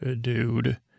dude